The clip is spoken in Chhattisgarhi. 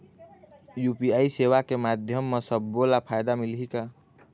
यू.पी.आई सेवा के माध्यम म सब्बो ला फायदा मिलही का?